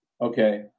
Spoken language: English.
okay